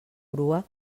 grua